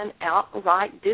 outright